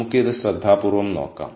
നമുക്ക് ഇത് ശ്രദ്ധാപൂർവ്വം നോക്കാം